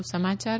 વધુ સમાચાર